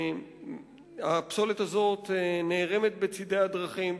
הפסולת הזאת נערמת בצדי הדרכים,